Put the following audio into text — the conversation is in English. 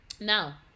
Now